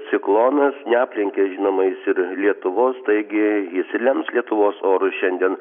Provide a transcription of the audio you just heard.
ciklonas neaplenkė žinoma jis ir lietuvos taigi jis ir lems lietuvos orus šiandien